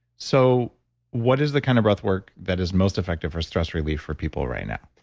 so what is the kind of breath work that is most effective for stress relief for people right now?